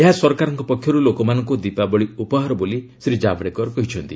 ଏହା ସରକାରଙ୍କ ପକ୍ଷରୁ ଲୋକମାନଙ୍କୁ ଦିପାବଳୀ ଉପହାର ବୋଲି ଶ୍ରୀ ଜାବଡେକର କହିଛନ୍ତି